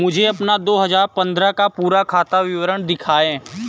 मुझे अपना दो हजार पन्द्रह का पूरा खाता विवरण दिखाएँ?